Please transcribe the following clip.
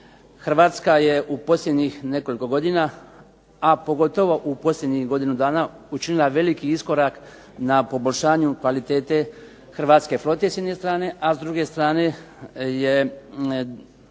Hrvatska je u posljednjih nekoliko godina, a pogotovo u posljednjih godinu dana učinila veliki iskorak na poboljšanju kvalitete hrvatske flote s jedne strane, a s druge strane je